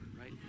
right